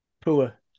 poor